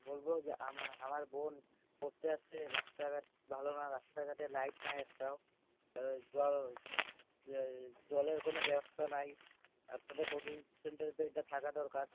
বলবো যে আমা আমার বোন পড়তে আসছে রাস্তাঘাট ভালো না রাস্তাঘাটে লাইট নাই একটাও এই জ যে জলের কোনো ব্যবস্থা নাই একটা তো কোচিং সেন্টারে তো এইটা থাকা দরকার